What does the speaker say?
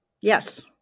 Yes